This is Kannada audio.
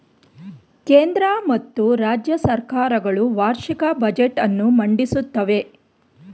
ಕೇಂದ್ರ ಮತ್ತು ರಾಜ್ಯ ಸರ್ಕಾರ ಗಳು ವಾರ್ಷಿಕ ಬಜೆಟ್ ಅನ್ನು ಮಂಡಿಸುತ್ತವೆ